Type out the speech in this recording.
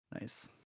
Nice